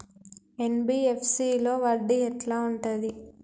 NBFC లో వడ్డీ ఎట్లా ఉంటది?